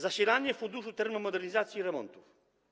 Zasilanie Funduszu Termomodernizacji i Remontów.